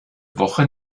woche